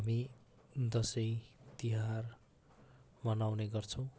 हामी दसैँ तिहार मनाउने गर्छौँ